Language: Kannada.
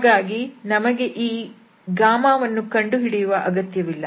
ಹಾಗಾಗಿ ನಮಗೆ ಈ ವನ್ನು ಕಂಡುಹಿಡಿಯುವ ಅಗತ್ಯವಿಲ್ಲ